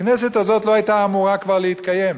הכנסת הזאת לא היתה אמורה כבר להתקיים,